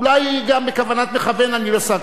אולי גם בכוונת מכוון אני לא שר,